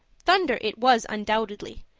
thunder it was undoubtedly,